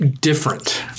different